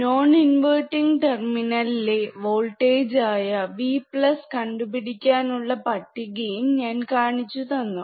non inverting ടെർമിനേലിലെ voltage ആയ V കണ്ടുപിടിക്കാനുള്ള പട്ടികയും ഞാൻ കാണിച്ചുതന്നു